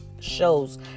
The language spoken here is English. shows